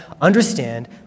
understand